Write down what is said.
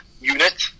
unit